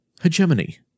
hegemony